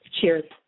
Cheers